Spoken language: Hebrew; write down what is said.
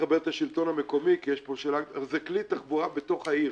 זה כלי תחבורה בתוך העיר.